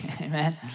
amen